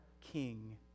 King